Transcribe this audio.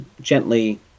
gently